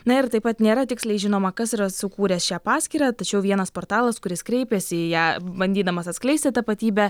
na ir taip pat nėra tiksliai žinoma kas yra sukūręs šią paskyrą tačiau vienas portalas kuris kreipėsi į ją bandydamas atskleisti tapatybę